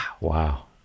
Wow